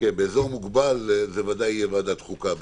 באזור מוגבל זה ודאי יהיה ועדת החוקה.